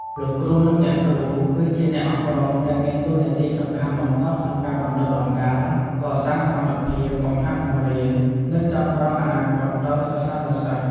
លោកគ្រូ និងអ្នកគ្រូ គឺជាអ្នកអប់រំដែលមានតួនាទីសំខាន់បំផុតក្នុងការបណ្តុះបណ្តាល កសាងសមត្ថភាព បង្ហាត់បង្រៀន និងចងក្រងអនាគតដល់សិស្សានុសិស្ស។